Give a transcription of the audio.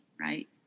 right